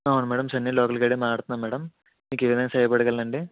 అవును madam Chennai local గైడే మాట్లాడుతున్నా మేడం మీకు ఏవిధంగా సహాయపడగలనండి